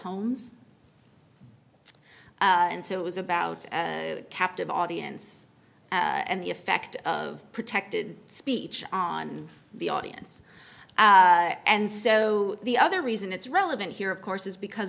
homes and so it was about a captive audience and the effect of protected speech on the audience and so the other reason it's relevant here of course is because